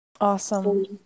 Awesome